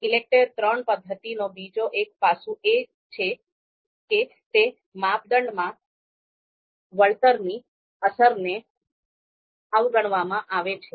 ઈલેકટેર III પદ્ધતિનો બીજો એક પાસું એ છે કે તે માપદંડમાં વળતરની અસરને અવગણવામાં આવે છે